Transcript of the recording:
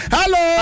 Hello